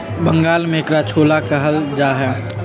बंगाल में एकरा छोला कहल जाहई